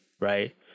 right